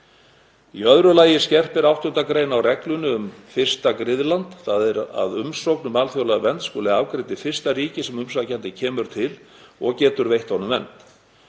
Í öðru lagi skerpir 8. gr. á reglunni um fyrsta griðland, þ.e. að umsókn um alþjóðlega vernd skuli afgreidd í fyrsta ríki sem umsækjandi kemur til og getur veitt honum vernd.